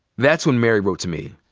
that's when mary wrote to me.